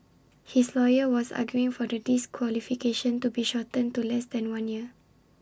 his lawyer was arguing for the disqualification to be shortened to less than one year